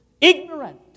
ignorant